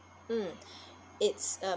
mm it's uh